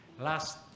last